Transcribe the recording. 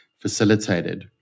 facilitated